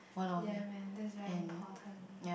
ya man that's very important